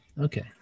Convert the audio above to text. Okay